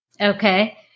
Okay